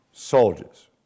soldiers